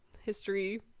history